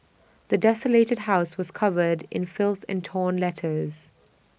the desolated house was covered in filth and torn letters